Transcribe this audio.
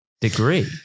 degree